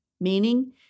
meaning